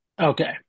okay